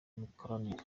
mikoranire